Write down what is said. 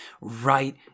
right